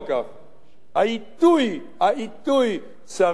העיתוי צריך להיקבע,